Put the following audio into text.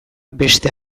beste